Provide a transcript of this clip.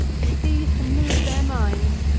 with these to move their minds,